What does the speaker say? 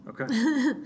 okay